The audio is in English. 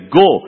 go